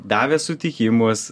davė sutikimus